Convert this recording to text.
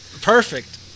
Perfect